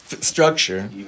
structure